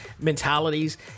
mentalities